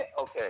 okay